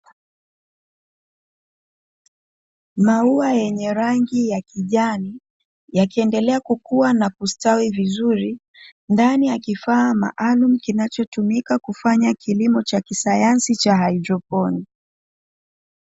Maua yenye rangi ya kijani yakiendelea kukua na kustawi vizuri, ndani ya kifaa maalumu kinachotumika kufanya kilimo cha kisayansi cha haidroponi.